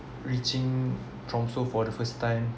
reaching tromso for the first time